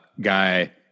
guy